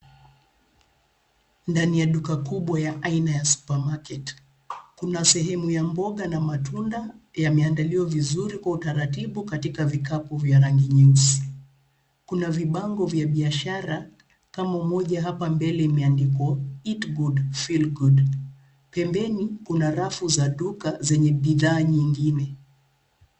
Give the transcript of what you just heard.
Ndani ya duka kubwa ya aina ya supermarket . Kuna sehemu ya mboga na matunda yameandaliwa vizuri kwa utaratibu katika vikapu vya rangi nyeusi. Kuna vibango vya biashara kama moja hapa mbele imeandikwa eat good food feel good . Pembeni kuna rafu za duka zenye bidhaa nyingine.